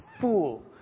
fool